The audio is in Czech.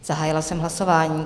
Zahájila jsem hlasování.